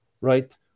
right